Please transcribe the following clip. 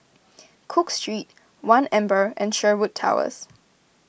Cook Street one Amber and Sherwood Towers